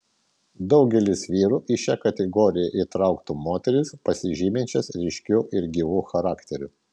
daugelis vyrų į šią kategoriją įtrauktų moteris pasižyminčias ryškiu ir gyvu charakteriu